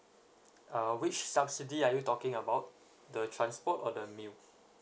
uh which subsidy are you talking about the transport or the meal